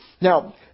Now